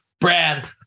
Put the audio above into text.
Brad